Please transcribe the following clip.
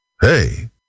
Hey